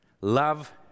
Love